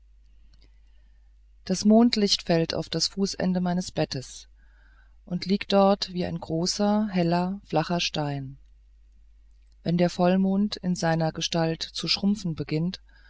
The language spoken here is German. das mondlicht fällt auf das fußende meines bettes und liegt dort wie ein großer heller flacher stein wenn der vollmond in seiner gestalt zu schrumpfen beginnt